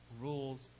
rules